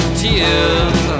tears